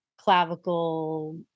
clavicle